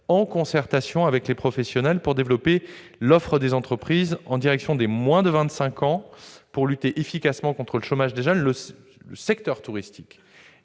en concertation avec les professionnels, pour développer l'offre des entreprises en direction des moins de 25 ans et lutter efficacement contre le chômage des jeunes. Le secteur touristique